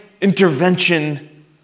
intervention